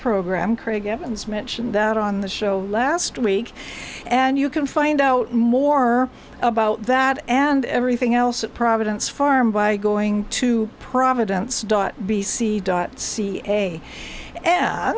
program craig evans mentioned that on the show last week and you can find out more about that and everything else at providence farm by going to providence dot b c dot ca a